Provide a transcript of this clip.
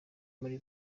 muri